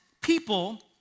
people